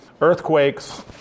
earthquakes